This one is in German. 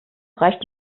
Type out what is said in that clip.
reicht